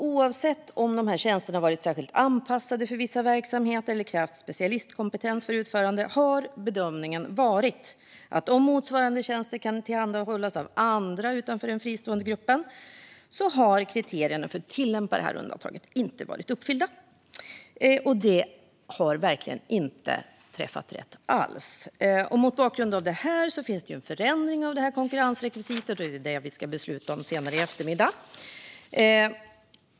Oavsett om tjänsterna har varit särskilt anpassade för vissa verksamheter eller har krävt specialistkompetens för utförande har bedömningen varit att om motsvarande tjänster har kunnat tillhandahållas av andra utanför den fristående gruppen har kriterierna för att tillämpa undantaget inte varit uppfyllda. Det har verkligen inte träffat rätt alls. Mot bakgrund av detta finns nu en förändring av konkurrensrekvisitet, som vi ska besluta om senare i eftermiddag.